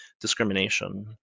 discrimination